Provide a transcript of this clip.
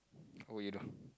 what will you do